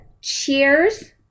cheers